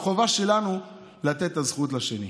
החובה שלנו לתת את הזכות לשני.